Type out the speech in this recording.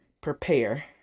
prepare